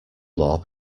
law